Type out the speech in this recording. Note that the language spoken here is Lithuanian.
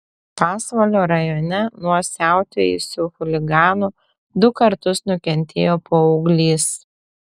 pasvalio rajone nuo siautėjusių chuliganų du kartus nukentėjo paauglys